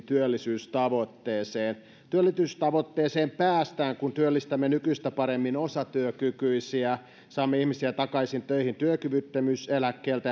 työllisyystavoitteeseen työllisyystavoitteeseen päästään kun työllistämme nykyistä paremmin osatyökykyisiä saamme ihmisiä takaisin töihin työkyvyttömyyseläkkeeltä